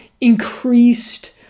increased